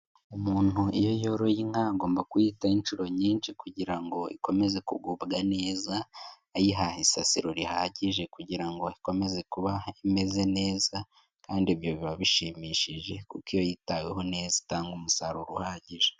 Umuntu iyo yoroye inka agomba kuyitaho inshuro nyishi kujyirango ikomeze kugubwa neza ayiha isasiro rihagije kujyirango ikomeze kuva imeze neza kandi ibyo biba bishimishije kuko iyo yitaweho neza itanga umusaruro uhagije.